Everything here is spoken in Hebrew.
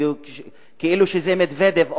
כאילו זה מדוודב,